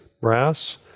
brass